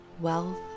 wealth